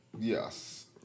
Yes